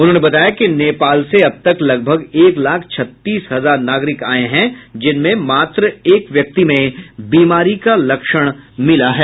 उन्होंने बताया कि नेपाल से अब तक लगभग एक लाख छत्तीस हजार नागरिक आये हैं जिनमें मात्र एक व्यक्ति में बीमारी का लक्षण मिला है